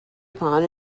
upon